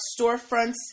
storefronts